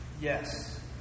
Yes